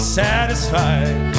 satisfied